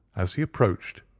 as he approached,